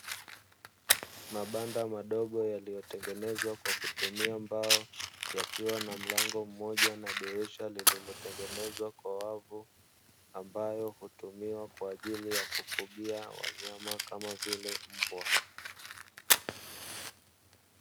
Mabanda madogo yaliyotengenezwa kwa kutumia mbao yakiwa na mlango mmoja na dirisha lililotengenezwa kwa wavu, ambalo hutumika kufugia wanyama kama vile mbwa.